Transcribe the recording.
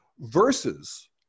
versus